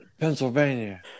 Pennsylvania